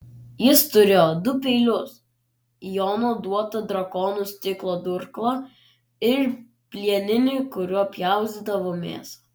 jis turėjo du peilius jono duotą drakonų stiklo durklą ir plieninį kuriuo pjaustydavo mėsą